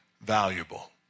valuable